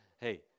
hey